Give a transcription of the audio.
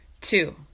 Two